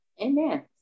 Amen